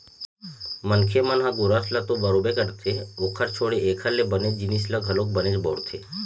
मनखे मन ह गोरस ल तो बउरबे करथे ओखर छोड़े एखर ले बने जिनिस ल घलोक बनेच बउरथे